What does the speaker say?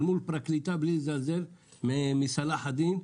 מול פרקליטה בלי לזלזל מסלאח א-דין.